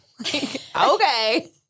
Okay